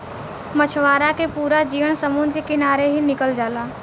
मछवारा के पूरा जीवन समुंद्र के किनारे ही निकल जाला